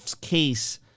case